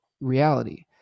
reality